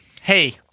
Hey